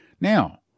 Now